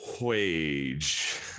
wage